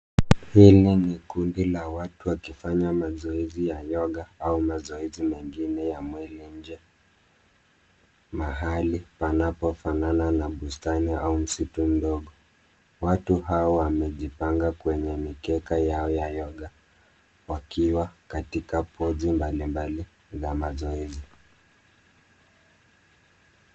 Hili ni kundi la watu wakifanya mazoezi ya yoga au mazoezi mengine ya mwili nje, mahali panapo fanana na bustani au msitu mdogo. Watu hawa wamejipanga kwenye mikeka yao ya yoga wakiwa katika pozi mbali mbali za mazoezi.